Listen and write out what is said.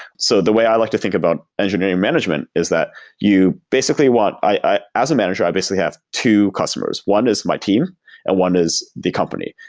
so the way i like to think about engineering management is that you basically want as a manager, i basically have two customers. one is my team and one is the company.